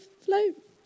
float